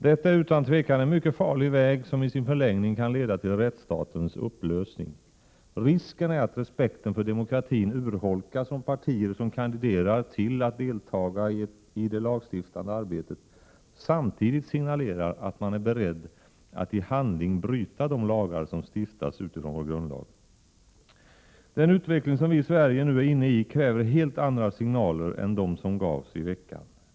Detta är utan tvivel en mycket farlig väg, som i sin förlängning kan leda till rättsstatens upplösning. Risken är att respekten för demokratin urholkas, om partier som kandiderar till att deltaga i det lagstiftande arbetet samtidigt signalerar att man är beredd att i handling bryta de lagar som stiftas utifrån vår grundlag. Den utveckling som vi i Sverige nu är inne i kräver helt andra signaler än de som gavs i veckan.